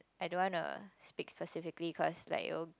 I don't wanna speak specifically cause like it will